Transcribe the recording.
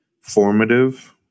formative